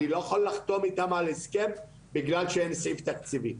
אני לא יכול לחתום איתם על הסכם בגלל שאין סעיף תקציבי.